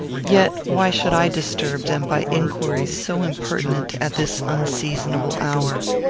yet why should i disturb them by inquiries so impertinent at this unseasonable hour?